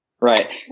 right